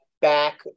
back